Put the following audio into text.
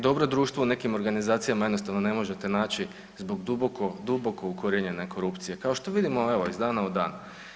Dobro društvo u nekim organizacijama jednostavno ne možete naći zbog duboko, duboko ukorijenjene korupcije, kao što vidimo evo iz dana u dan.